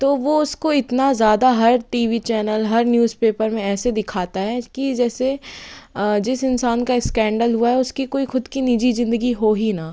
तो वो उसको इतना ज़्यादा हर टी वी चैनल हर न्यूज़पेपर में ऐसे दिखाता है कि जैसे जिस इंसान का स्कैंडल हुआ उसकी कोई ख़ुद की निजी ज़िंदगी हो ही ना